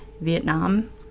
Vietnam